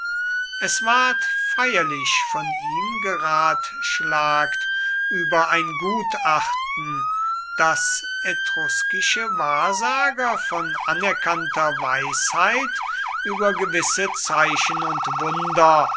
es ward feierlich von ihm geratschlagt über ein gutachten das etruskische wahrsager von anerkannter weisheit über gewisse zeichen und wunder